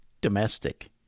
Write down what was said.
domestic